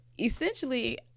essentially